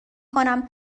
کنم